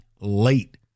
late